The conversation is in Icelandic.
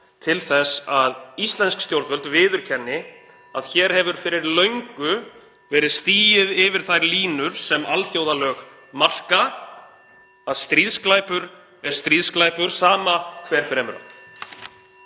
til þess að íslensk stjórnvöld viðurkenni að hér hefur fyrir löngu verið stigið yfir þær línur sem alþjóðalög marka, að stríðsglæpur er stríðsglæpur, sama hver fremur